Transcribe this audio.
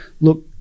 Look